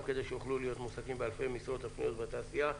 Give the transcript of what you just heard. מועסקים באלפי משרות הפנויות בתעשייה.